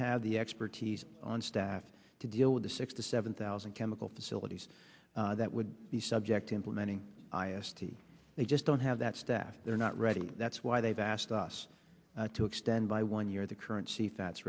have the expertise on staff to deal with the six to seven thousand chemical facilities that would be subject to implementing they just don't have that staff they're not ready that's why they've asked us to extend by one year the curren